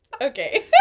Okay